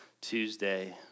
Tuesday